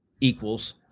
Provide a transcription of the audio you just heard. equals